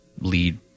lead